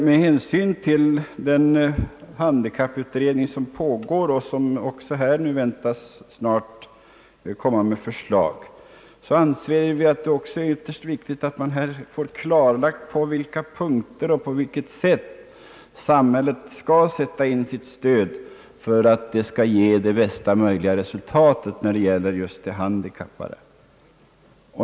Med hänsyn till den handikapputredning som pågår och som väntas snart komma med förslag anser vi det dock ytterst viktigt att avvakta ett klarläggande av på vilka punkter och på vilket sätt samhället bör sätta in sitt stöd för att det skall ge bästa möjliga resultat för de handikappade.